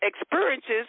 experiences